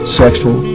sexual